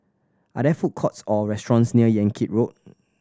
are there food courts or restaurants near Yan Kit Road